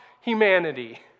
humanity